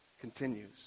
continues